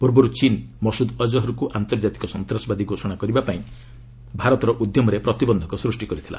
ପ୍ରର୍ବରୁ ଚୀନ୍ ମସୁଦ୍ ଅକ୍ହର୍କୁ ଆନ୍ତର୍ଜାତିକ ସନ୍ତସବାଦୀ ଘୋଷଣା କରିବାପାଇଁ ଭାରତର ଉଦ୍ୟମରେ ପ୍ରତିବନ୍ଧକ ସୃଷ୍ଟି କରିଥିଲା